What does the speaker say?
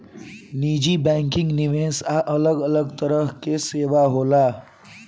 निजी बैंकिंग, निवेश आ अलग अलग तरह के सेवा होला